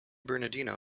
bernardino